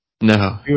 No